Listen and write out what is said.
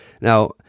Now